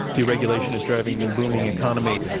deregulation is driving the booming economy.